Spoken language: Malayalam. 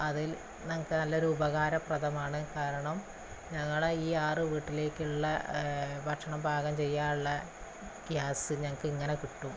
അത് ഞങ്ങള്ക്ക് നല്ലൊരുപകാരപ്രദമാണ് കാരണം ഞങ്ങളുടെ ഈ ആറ് വീട്ടിലേക്കുള്ള ഭക്ഷണം പാകം ചെയ്യാനുള്ള ഗ്യാസ് ഞങ്ങള്ക്കിങ്ങനെ കിട്ടും